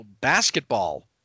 basketball